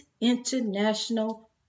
International